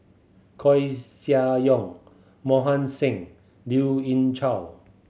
Koeh Sia Yong Mohan Singh Lien Ying Chow